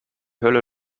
hölle